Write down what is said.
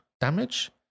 damage